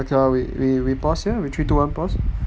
okay we pause here we three two one pause